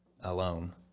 alone